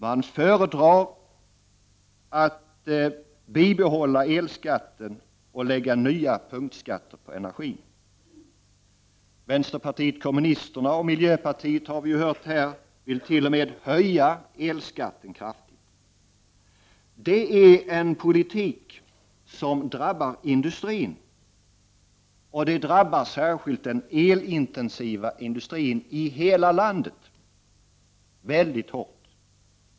Man föredrar att bibehålla elskatten och lägga nya punktskatter på energi. Vänsterpartiet kommunisterna och miljöpartiet vill, har vi ju hört, t.o.m. höja elskatten kraftigt. Det är en politik som drabbar industrin — särskilt den elintensiva delen — mycket hårt.